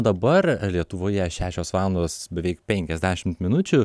dabar lietuvoje šešios valandos beveik penkiasdešim minučių